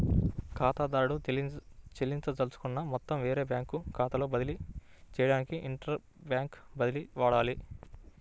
ఖాతాదారుడు చెల్లించదలుచుకున్న మొత్తం వేరే బ్యాంకు ఖాతాలోకి బదిలీ చేయడానికి ఇంటర్ బ్యాంక్ బదిలీని వాడాలి